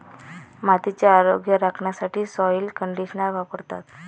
मातीचे आरोग्य राखण्यासाठी सॉइल कंडिशनर वापरतात